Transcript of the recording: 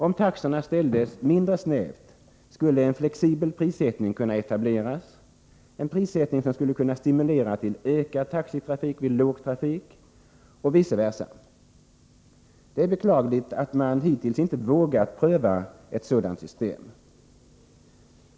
Om taxorna utformades mindre snävt skulle en flexibel prissättning kunna komma till stånd, en prissättning som skulle kunna stimulera till ökad taxitrafik vid lågtrafik och vice versa. Det är beklagligt att man hittills inte vågat pröva ett sådant system.